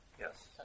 Yes